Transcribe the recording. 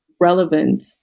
relevant